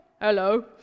Hello